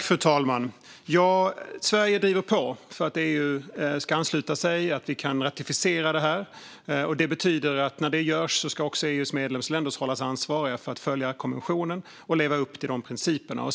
Fru talman! Sverige driver på för att EU ska ansluta sig och för att vi ska ratificera detta. När det görs ska EU:s medlemsländer hållas ansvariga för att följa konventionen och leva upp till dess principer.